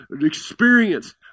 experience